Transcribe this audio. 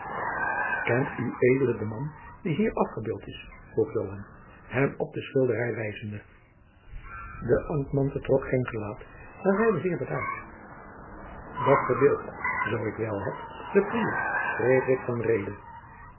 ued den man die hier afgebeeld is vroeg joan hem op de schilderij wijzende jacob van lennep de pleegzoon de ambtman vertrok geen gelaat maar zeide zeer bedaard dat verbeeldt zoo ik wel heb den prior